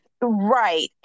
Right